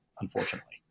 Unfortunately